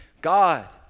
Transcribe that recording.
God